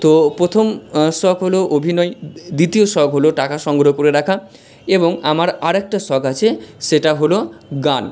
তো প্রথম শখ হল অভিনয় দ্বিতীয় শখ হল টাকা সংগ্রহ করে রাখা এবং আমার আরেকটা শখ আছে সেটা হল গান